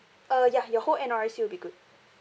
uh ya your whole N_R_I_C will be good